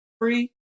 free